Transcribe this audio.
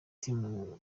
team